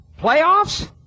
playoffs